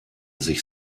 sich